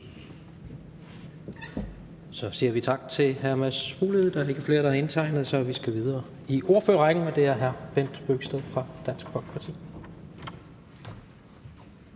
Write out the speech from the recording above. Så siger vi tak til hr. Mads Fuglede. Der er ikke flere, der har indtegnet sig, og vi skal videre i ordførerrækken. Hr. Bent Bøgsted fra Dansk Folkeparti.